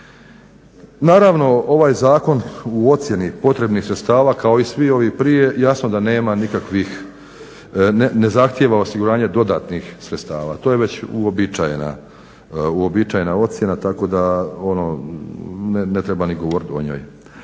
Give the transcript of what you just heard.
Naravno ovaj zakon u ocjeni potrebnih sredstava kao i svi ovi prije jasno da nema nikakvih ne zahtjeva osiguranje dodatnih sredstava to je već uobičajena ocjena tako da ono ne treba ni govoriti o njoj.